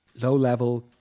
low-level